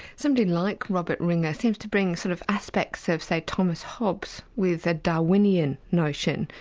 somebody like robert ringer seems to bring sort of aspects of, say, thomas hobbes with a darwinian notion,